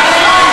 אדוני,